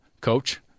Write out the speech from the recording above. coach